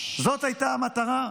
זאת הייתה המטרה?